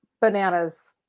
bananas